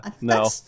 no